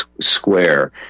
square